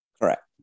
Correct